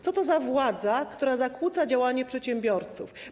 Co to za władza, która zakłóca działanie przedsiębiorców?